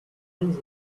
means